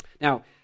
Now